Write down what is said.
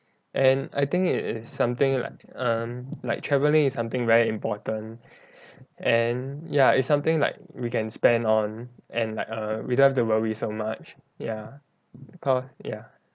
and I think it is something like um like travelling is something very important and ya it's something like we can spend on and like err we don't have to worry so much ya because ya